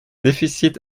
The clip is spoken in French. déficit